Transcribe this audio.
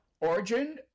Origin